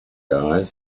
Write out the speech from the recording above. guys